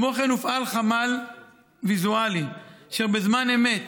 כמו כן, הופעל חמ"ל ויזואלי, אשר בזמן אמת